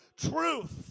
truth